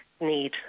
need